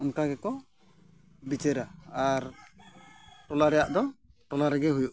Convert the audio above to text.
ᱚᱱᱠᱟ ᱜᱮᱠᱚ ᱵᱤᱪᱟᱹᱨᱟ ᱟᱨ ᱴᱚᱞᱟ ᱨᱮᱭᱟᱜ ᱫᱚ ᱴᱚᱞᱟ ᱨᱮᱜᱮ ᱦᱩᱭᱩᱜᱼᱟ